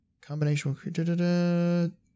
combination